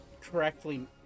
correctly